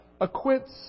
acquits